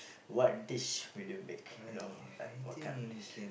what dish would you make you know like what kind of dish